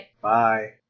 Bye